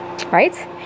Right